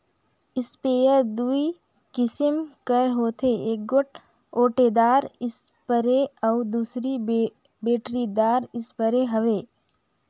sprayer दूई किसिम कर होथे एगोट ओटेदार इस्परे अउ दूसर बेटरीदार इस्परे हवे